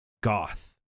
goth